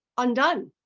undone.